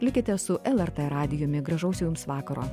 likite su el er tė radijų gražaus jums vakaro